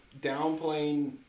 downplaying